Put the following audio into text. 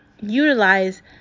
utilize